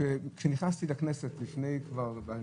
שעה לפני הנחת